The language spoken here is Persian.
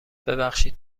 ببخشید